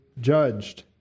judged